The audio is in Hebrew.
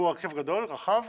הוא הרכב גדול, רחב?